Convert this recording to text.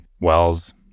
wells